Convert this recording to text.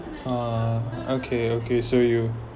ah okay okay so you